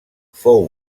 fou